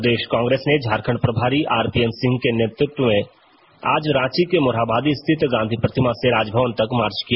प्रदेश कांग्रेस ने झारखंड प्रभारी आरपीएन सिंह के नेतृत्व में आज रांची के मोरहाबादी स्थित गांधी प्रतिमा से राजभवन मार्च किया